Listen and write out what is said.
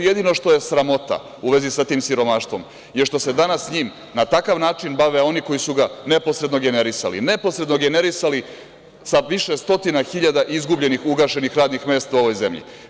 Jedino što je sramota u vezi sa tim siromaštvom je što se danas sa njim na takav način bave oni koji su ga neposredno generisali, neposredno generisali sa više stotina hiljada izgubljenih, ugašenih radnih mesta u ovoj zemlji.